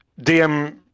DM